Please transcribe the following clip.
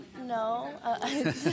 No